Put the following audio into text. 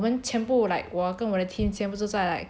我们全部 like 我跟我的 team 以前不是在 like